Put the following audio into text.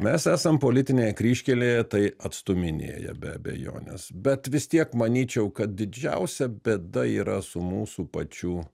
mes esam politinėje kryžkelėje tai atstuminėja be abejonės bet vis tiek manyčiau kad didžiausia bėda yra su mūsų pačių